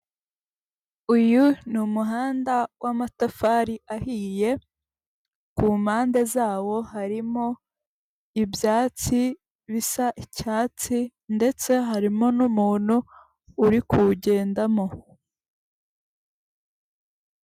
Uyu ni umuhanda w'amatafari ahiye ku mpande zawo harimo ibyatsi bisa icyatsi ndetse harimo n'umuntu uri kuwugendamo.